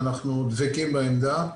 ואנחנו דבקים בעמדה.